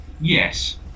yes